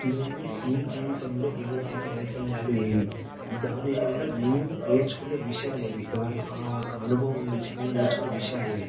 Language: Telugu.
నువ్వు నీ జీవితంలో ఎదుర్కొన్న వైఫల్యాలు ఏవి దానినుంచి నువ్వు నేర్చుకున్న విషయాలు ఏవి దాని ఆ యొక్క అనుభవం నుంచి నువ్వు నేర్చుకున్న విషయాలు ఏవి